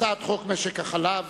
הצעת חוק משק החלב,